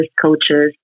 coaches